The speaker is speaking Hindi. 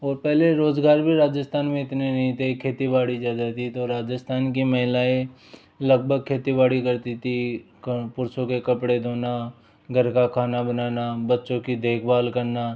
और पहले रोज़गार भी राजस्थान में इतने नहीं थे खेती बाड़ी ज़्यादा थी तो राजस्थान की महिलाएं लगभग खेती बाड़ी करती थीं पुरुषों के कपड़े धोना घर का खाना बनाना बच्चों की देखभाल करना